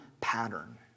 pattern